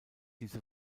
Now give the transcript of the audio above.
diese